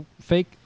fake